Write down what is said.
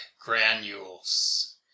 granules